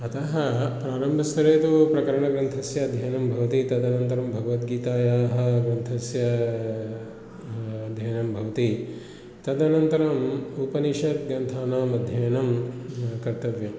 अतः प्रारम्भस्तरे तु प्रकरणग्रन्थस्य अध्ययनं भवति तदनन्तरं भगवद्गीतायाः ग्रन्थस्य अध्ययनं भवति तदनन्तरम् उपनिषद्ग्रन्थानाम् अध्ययनं कर्तव्यम्